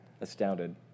astounded